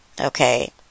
okay